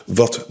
wat